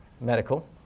medical